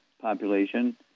population